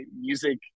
music